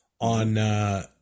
on